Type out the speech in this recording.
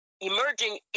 emerging